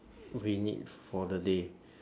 we need for the day